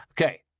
Okay